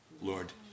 Lord